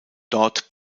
dort